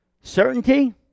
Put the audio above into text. Certainty